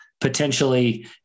potentially